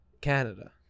Canada